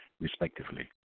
respectively